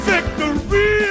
Victory